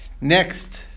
next